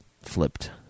flipped